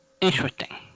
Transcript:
Interesting